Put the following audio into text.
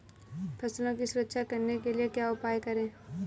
फसलों की सुरक्षा करने के लिए क्या उपाय करें?